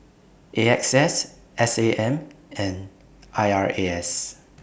A X S S A M and I R A S